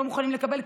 לא מוכנים לקבל,